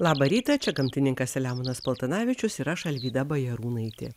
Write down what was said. labą rytą čia gamtininkas selemonas paltanavičius ir aš alvyda bajarūnaitė